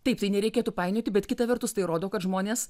taip tai nereikėtų painioti bet kita vertus tai rodo kad žmonės